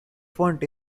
font